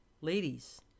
ladies